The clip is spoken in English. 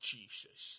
Jesus